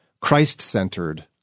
Christ-centered